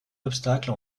obstacle